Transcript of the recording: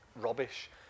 rubbish